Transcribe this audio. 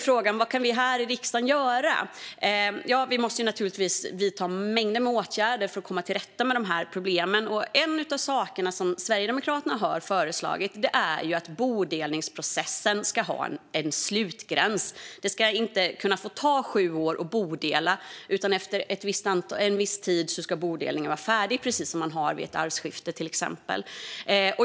Frågan är då vad vi här i riksdagen kan göra. Vi måste naturligtvis vidta mängder av åtgärder för att komma till rätta med de här problemen. En av de saker som Sverigedemokraterna har föreslagit är att bodelningsprocessen ska ha en slutgräns. Det ska inte få ta sju år att göra en bodelning, utan efter en viss tid ska bodelningen vara färdig, precis som vid ett arvskifte, till exempel.